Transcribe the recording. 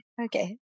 okay